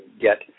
get